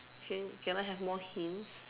can can I have more hints